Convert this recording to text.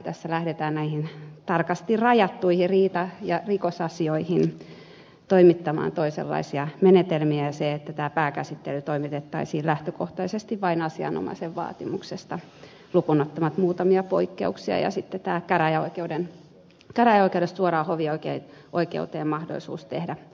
tässä lähdetään näihin tarkasti rajattuihin riita ja rikosasioihin toimittamaan toisenlaisia menetelmiä ja tämä pääkäsittely toimitettaisiin lähtökohtaisesti vain asianomaisen vaatimuksesta lukuun ottamatta muutamia poikkeuksia ja sitten on käräjäoikeudesta suoraan hovioikeuteen mahdollisuus tehdä muutoksenhaku